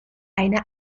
eine